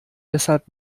deshalb